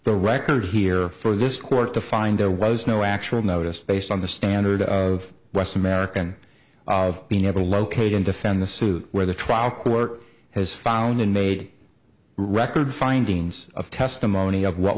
the record here for this court to find there was no actual notice based on the standard of rest american of being ever located and defend the suit where the trial court has found and made a record findings of testimony of what